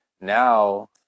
now